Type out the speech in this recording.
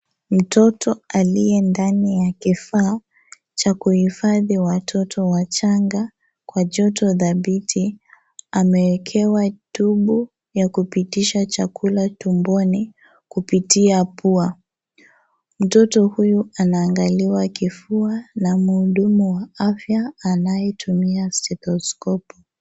Mtoto aliye ndani ya kifaa cha kuhifadhi watoto wachanga kwa joto dhabiti amewekewa tiubu ya kupitisha chakula tumboni kupitia pua mtoto huyu anaangaliwa kifua na muhudumu wa afya anayetumia stetoskopu.